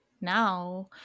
now